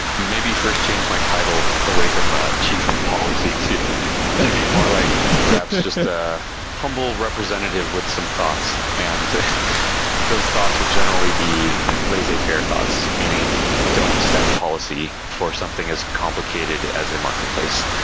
maybe first change my title away from ah chief of policy to be more like perhaps just a humble representative with some thoughts, and those thoughts would generally be laissez-faire thoughts, meaning don't set policy for something as complicated as a marketplace.